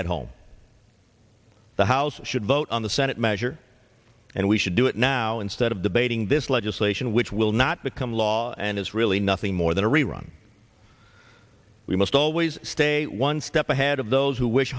head home the house should vote on the senate measure and we should do it now instead of debating this law just sation which will not become law and is really nothing more than a rerun we must always stay one step ahead of those who wish